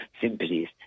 sympathies